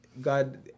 God